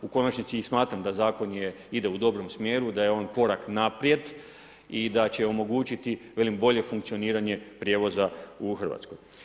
U konačnici i smatram da zakon ide u dobrom smjeru, da je on korak naprijed i da će omogućiti bolje funkcioniranje prijevoza u Hrvatskoj.